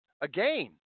again